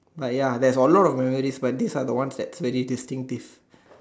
like ya there's a lot of memories but these are one that are very distinctive